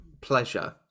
pleasure